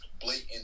blatant